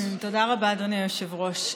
תודה רבה, אדוני היושב-ראש.